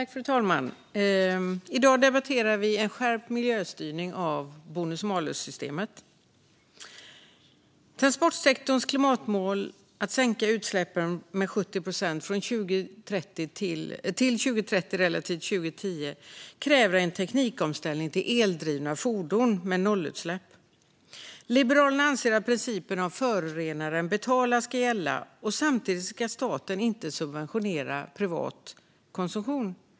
Fru talman! I dag debatterar vi en skärpt miljöstyrning av bonus malus-systemet. Transportsektorns klimatmål att sänka utsläppen med 70 procent till 2030 relativt 2010 kräver en teknikomställning till eldrivna fordon med nollutsläpp. Liberalerna anser att principen förorenaren betalar ska gälla. Samtidigt ska inte staten subventionera privat konsumtion.